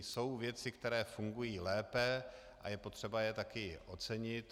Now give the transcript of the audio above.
Jsou věci, které fungují lépe, a je potřeba je taky ocenit.